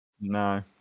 No